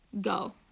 go